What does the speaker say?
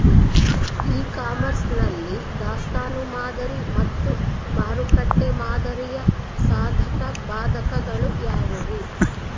E commerce ನಲ್ಲಿ ದಾಸ್ತನು ಮಾದರಿ ಮತ್ತು ಮಾರುಕಟ್ಟೆ ಮಾದರಿಯ ಸಾಧಕಬಾಧಕಗಳು ಯಾವುವು?